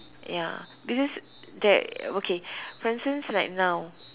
ya because there okay for instance like now